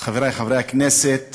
חברי חברי הכנסת,